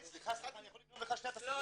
-- אני יכול לגנוב לך שנייה -- לא,